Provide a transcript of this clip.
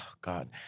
God